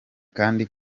kandi